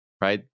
right